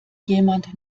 jemand